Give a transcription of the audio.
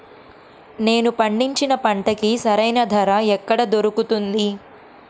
నేను పండించిన పంటకి సరైన ధర ఎక్కడ దొరుకుతుంది?